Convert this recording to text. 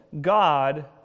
God